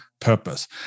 purpose